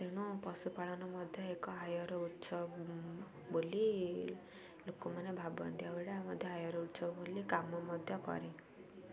ତେଣୁ ପଶୁପାଳନ ମଧ୍ୟ ଏକ ଆୟର ଉତ୍ସବ ବୋଲି ଲୋକମାନେ ଭାବନ୍ତି ଆଭଳି ମଧ୍ୟ ଆୟର ଉତ୍ସବ ବୋଲି କାମ ମଧ୍ୟ କରେ